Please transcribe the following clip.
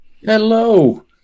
Hello